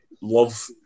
love